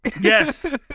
Yes